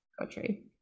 Poetry